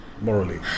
morally